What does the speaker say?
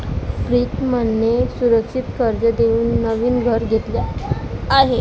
प्रीतमने सुरक्षित कर्ज देऊन नवीन घर घेतले आहे